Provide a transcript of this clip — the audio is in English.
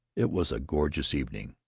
it was a gorgeous evening.